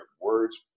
words